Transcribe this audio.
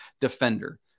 defender